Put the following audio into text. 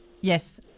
Yes